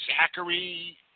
Zachary